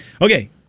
Okay